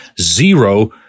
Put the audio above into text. zero